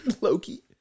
Loki